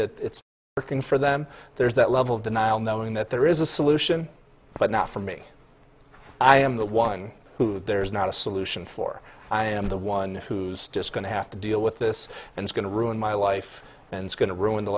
that it's working for them there's that level of denial knowing that there is a solution but not for me i am the one who there's not a solution for i am the one who's just going to have to deal with this and it's going to ruin my life and going to ruin the